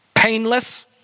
Painless